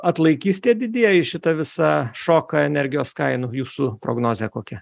atlaikys tie didieji šitą visą šoką energijos kainų jūsų prognozė kokia